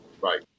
Right